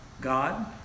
God